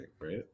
right